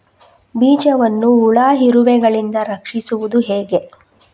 ಬೀಜವನ್ನು ಹುಳ, ಇರುವೆಗಳಿಂದ ರಕ್ಷಿಸುವುದು ಹೇಗೆ?